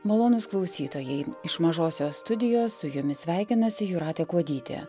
malonūs klausytojai iš mažosios studijos su jumis sveikinasi jūratė kuodytė